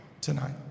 tonight